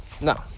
No